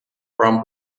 from